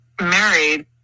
married